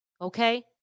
Okay